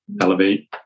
elevate